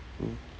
mm